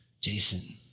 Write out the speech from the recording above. Jason